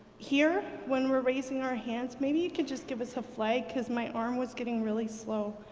here when we're raising our hands maybe you could just give us a flag because my arm was getting really slow.